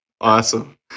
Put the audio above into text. awesome